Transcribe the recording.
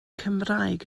cymraeg